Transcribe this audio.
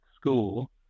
school